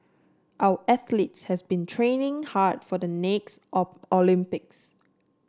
our athletes has been training hard for the next O Olympics